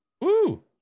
Woo